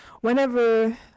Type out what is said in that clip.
whenever